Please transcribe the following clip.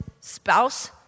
spouse